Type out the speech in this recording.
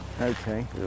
Okay